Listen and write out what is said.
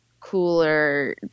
cooler